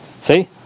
See